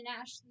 Ashley